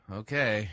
okay